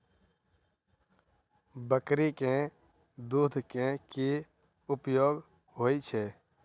बकरी केँ दुध केँ की उपयोग होइ छै?